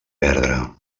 perdre